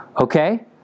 Okay